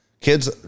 Kids